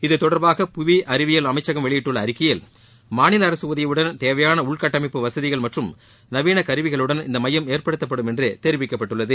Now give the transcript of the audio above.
இதுதொடர்பாக புவி அறிவியல் அமைச்சகம் வெளியிட்டுள்ள அறிக்கையில் மாநில அரசு உதவியுடன் தேவையான உள்கட்டமப்பு வசதிகள் மற்றும் நவீன கருவிகளுடன் இந்த மையம் ஏற்படுத்தப்படும் என்று தெரிவிக்கப்பட்டுள்ளது